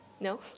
No